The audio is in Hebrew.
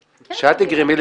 הגעת אחרי חודש -- -,הגעת לפה?